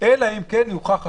אלא אם כן יוכח אחרת.